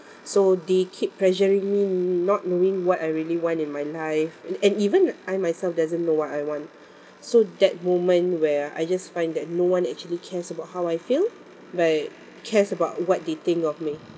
so they keep pressuring me not knowing what I really want in my life and and even I myself doesn't know what I want so that moment where I just find that no one actually cares about how I feel but cares about what they think of me